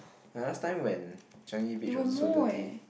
like last time when Changi-Beach was so dirty